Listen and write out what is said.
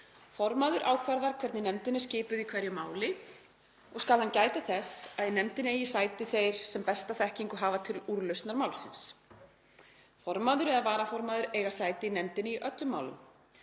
Formaður ákvarðar hvernig nefndin er skipuð í hverju máli og skal hann gæta þess að í nefndinni eigi sæti þeir sem besta þekkingu hafa til úrlausnar málsins. Formaður eða varaformaður eiga sæti í nefndinni í öllum málum.